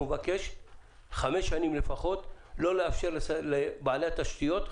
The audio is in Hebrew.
נבקש חמש שנים לפחות לא לאפשר לבעלי התשתיות,